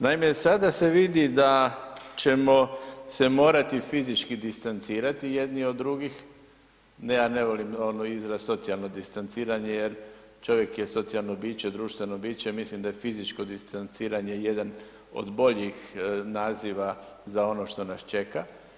Naime, sada se vidi da ćemo se morati fizički distancirati jedni od drugim, ne ja ne volim onaj izraz socijalno distanciranje jer čovjek je socijalno biće, društveno biće, mislim da je fizičko distanciranje jedan od boljih naziva za ono što nas čeka.